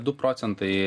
du procentai